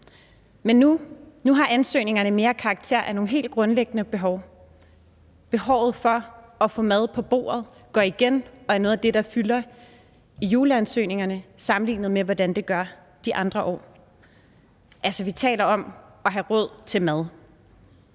Men nu har ansøgningerne mere karakter af nogle helt grundlæggende behov. Behovet for at få mad på bordet går igen og er noget af det, der fylder i juleansøgningerne sammenlignet med de andre år. Altså, vi taler om at have råd til mad.